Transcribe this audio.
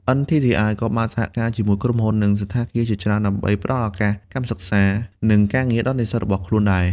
NTTI ក៏បានសហការជាមួយក្រុមហ៊ុន និងសណ្ឋាគារជាច្រើនដើម្បីផ្តល់ឱកាសកម្មសិក្សា និងការងារដល់និស្សិតរបស់ខ្លួនដែរ។